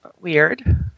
weird